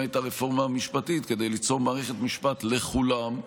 את הרפורמה המשפטית: כדי ליצור מערכת משפט לכולם,